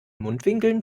mundwinkeln